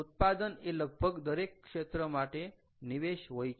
ઉત્પાદન એ લગભગ દરેક ક્ષત્ર માટે નિવેશ હોય છે